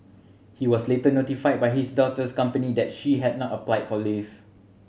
he was later notified by his daughter's company that she had not applied for leave